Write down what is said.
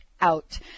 out